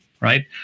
right